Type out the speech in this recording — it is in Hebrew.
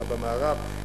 אלא במערב,